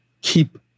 keep